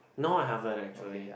no I haven't actually